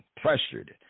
pressured